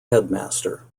headmaster